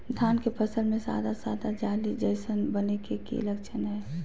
धान के फसल में सादा सादा जाली जईसन बने के कि लक्षण हय?